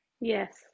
Yes